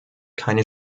keine